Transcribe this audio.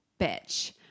bitch